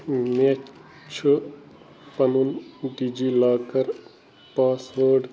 مےٚ چھُ پنُن ڈی جی لاکر پاس وٲرڈ